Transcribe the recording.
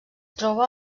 troba